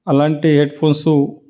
అలాంటి హెడ్ఫోన్సు